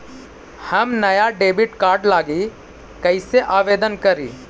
हम नया debit card लागी कईसे आवेदन करी?